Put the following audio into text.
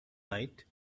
night